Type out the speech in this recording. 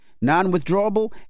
Non-withdrawable